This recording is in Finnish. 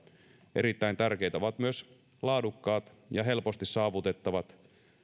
erittäin tärkeitä ovat myös laadukkaat ja helposti saavutettavat